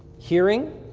hearing.